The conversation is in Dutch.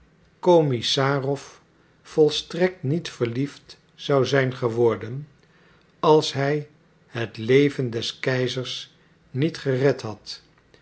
kommissarow volstrekt niet verliefd zou zijn geworden als hij het leven des keizers niet gered had